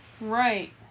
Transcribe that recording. Right